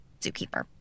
zookeeper